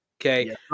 Okay